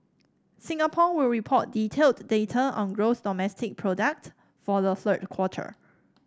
Singapore will report detailed data on gross domestic product for the third quarter